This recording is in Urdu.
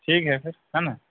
ٹھیک ہے پھر ہے نا